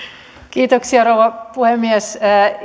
kiitoksia rouva puhemies